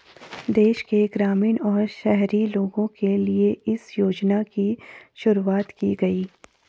देश के ग्रामीण और शहरी लोगो के लिए इस योजना की शुरूवात की गयी